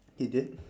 he did